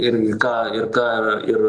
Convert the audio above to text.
ir ką ir ką ir